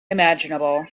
imaginable